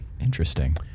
interesting